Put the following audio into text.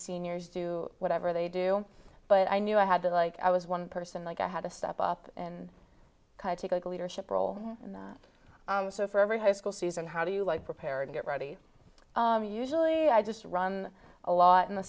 seniors do whatever they do but i knew i had to like i was one person like i had to step up and take a leadership role and so for every high school season how do you like prepare and get ready usually i just run a lot in the